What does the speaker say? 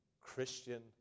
Christian